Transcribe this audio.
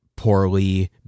poorly